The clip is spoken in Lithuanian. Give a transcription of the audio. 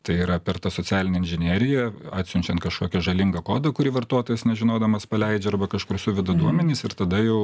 tai yra per tą socialinę inžineriją atsiunčian kažkokią žalingą kodą kurį vartotojas nežinodamas paleidžia arba kažkur suveda duomenis ir tada jau